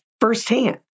firsthand